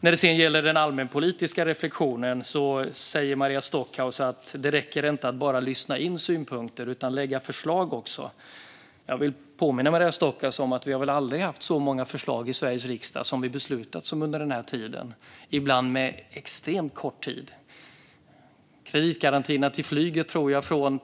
När det sedan gäller den allmänpolitiska reflektionen säger Maria Stockhaus att det inte räcker att bara lyssna in synpunkter utan att man också måste lägga fram förslag. Jag vill påminna Maria Stockhaus om att vi väl aldrig har haft så många förslag i Sveriges riksdag som vi har beslutat om som under den här tiden, och ibland efter extremt kort tid. Det gäller kreditgarantierna till flyget.